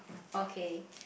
okay